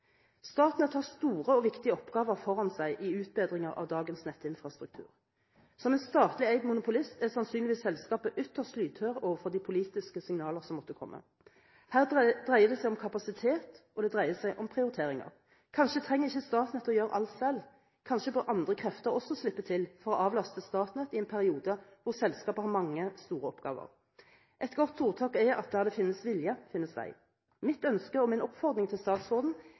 store og viktige oppgaver foran seg i utbedring av dagens nettinfrastruktur. Som en statlig eid monopolist er sannsynligvis selskapet ytterst lydhør overfor de politiske signaler som måtte komme. Her dreier det seg om kapasitet, og det dreier seg om prioriteringer. Kanskje trenger ikke Statnett å gjøre alt selv; kanskje bør andre krefter også slippe til for å avlaste Statnett i en periode hvor selskapet har mange, store oppgaver. Et godt ordtak er «der det finnes vilje, finnes vei». Mitt ønske og min oppfordring til statsråden